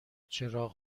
چراغ